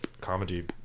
comedy